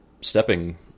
stepping